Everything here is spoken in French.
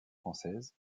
française